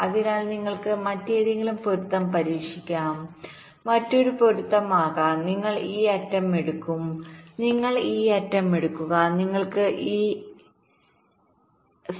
അതിനാൽ നിങ്ങൾക്ക് മറ്റേതെങ്കിലും പൊരുത്തം പരീക്ഷിക്കാം മറ്റൊരു പൊരുത്തം ആകാം നിങ്ങൾ ഈ അറ്റം എടുക്കും നിങ്ങൾ ഈ അറ്റം എടുക്കുന്നു നിങ്ങൾ ഈ അറ്റം എടുക്കുന്നു